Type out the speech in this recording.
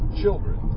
children